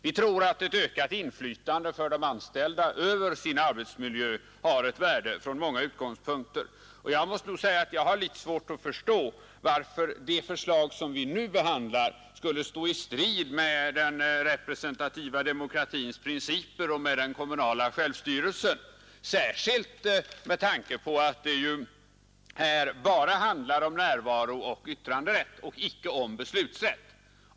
Vi tror att ett ökat inflytande för de anställda över sin arbetsmiljö har ett värde från många utgångspunkter. Jag måste nog säga att jag har litet svårt att förstå varför det förslag som vi nu behandlar skulle stå i strid med den representativa demokratins principer och med den kommunala självstyrelsen, särskilt med tanke på att det ju här bara handlar om närvarooch yttranderätt, men icke om beslutsrätt.